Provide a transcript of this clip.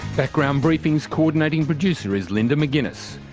background briefing's co-ordinating producer is linda mcginness,